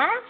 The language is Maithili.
आँइ